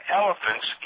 elephants